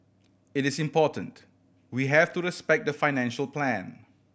it is important we have to respect the financial plan